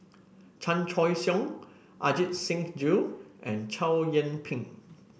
Chan Choy Siong Ajit Singh Gill and Chow Yian Ping